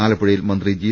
ആലപ്പുഴയിൽ മന്ത്രി ജി